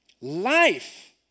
life